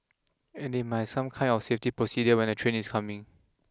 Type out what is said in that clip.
and they might some kind of safety procedure when a train is coming